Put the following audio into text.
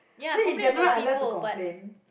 is it in general I love to complain